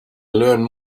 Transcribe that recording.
learn